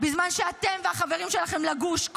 בזמן שאתם והחברים שלכם לגוש,